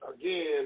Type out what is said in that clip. again